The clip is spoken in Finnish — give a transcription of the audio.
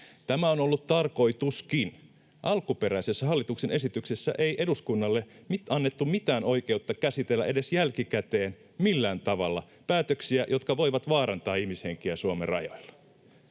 Tämä on ollut tarkoituskin. Alkuperäisessä hallituksen esityksessä ei eduskunnalle annettu mitään oikeutta käsitellä edes jälkikäteen millään tavalla päätöksiä, jotka voivat vaarantaa ihmishenkiä Suomen rajoilla.